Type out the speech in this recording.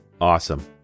Awesome